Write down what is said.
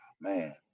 Man